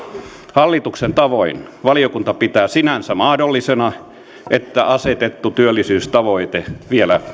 hallituksen tavoin valiokunta pitää sinänsä mahdollisena että asetettu työllisyystavoite vielä